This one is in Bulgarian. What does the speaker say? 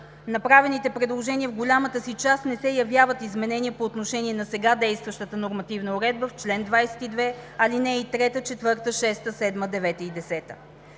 Направените предложения в голямата си част не се явяват изменения по отношение на сега действащата нормативна уредба в чл. 22, алинеи 3, 4, 6, 7, 9 и 10.